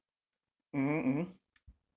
mmhmm mmhmm